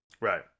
Right